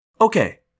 Okay